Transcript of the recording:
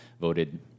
voted